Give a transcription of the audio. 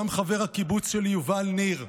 גם חבר הקיבוץ שלי, יובל ניר,